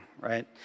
Right